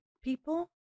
people